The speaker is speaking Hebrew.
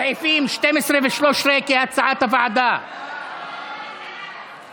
סעיפים 12 13, כהצעת הוועדה, נתקבלו.